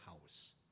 house